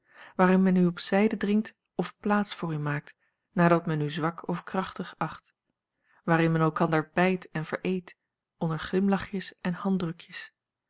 men u op zijde dringt of plaats voor u maakt naardat men u zwak of krachtig acht waarin men elkander bijt en vereet onder glimlachjes en handdrukjes